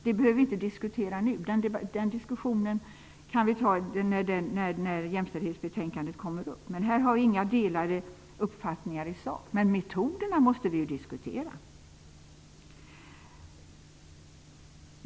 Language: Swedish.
Det behöver vi inte diskutera nu, utan det kan vi göra när jämställdhetsbetänkandet kommer upp. Vi har inga delade uppfattningar i sak, men vi måste diskutera metoderna.